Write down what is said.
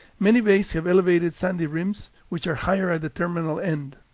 many bays have elevated sandy rims which are higher at the terminal end.